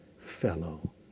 fellow